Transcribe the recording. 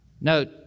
note